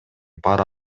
пара